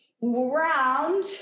round